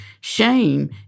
shame